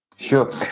Sure